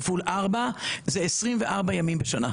כפול ארבע זה 24 ימים בשנה.